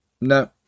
No